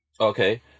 Okay